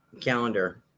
calendar